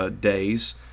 days